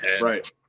Right